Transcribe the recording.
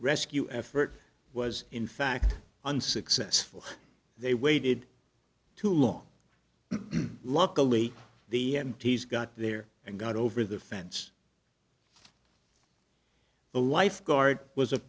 rescue effort was in fact unsuccessful they waited too long luckily the mts got there and got over the fence the lifeguard was a